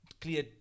clear